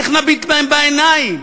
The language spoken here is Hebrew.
איך נביט בהם בעיניים?